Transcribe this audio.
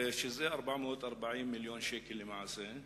זה 440 מיליון שקל למעשה.